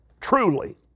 truly